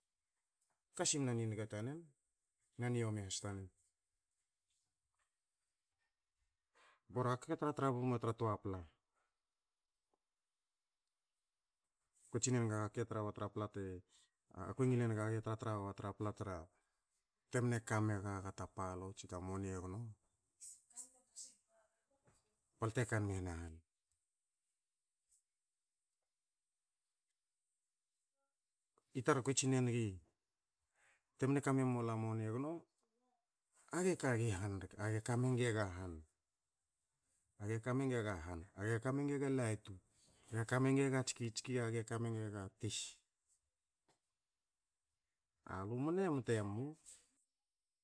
Kasimna niniga tanen na noimi has tanen. Bora aga ke tra tra bua tra toa pla. Kue tsinenaga aga ke tra wa tra pla te, a kue ngile naga aga e tra tra gua tra pla te mne ka mengaga ta palou tsi ta moni egno balte kanmi hanahan. I tar, a kue tsine nigi temne kamemalu a moni egno, age kagi han rek, age ka menge ga han, age ka menge ga latu, age kamenge ga tskitski, age ka menga tis. A lu mne mte mu.